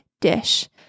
dish